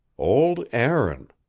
old aaron.